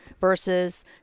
versus